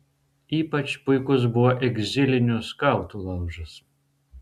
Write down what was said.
ypač puikus buvo egzilinių skautų laužas